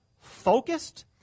focused